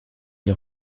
les